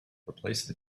replace